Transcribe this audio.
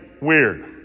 weird